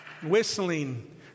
Whistling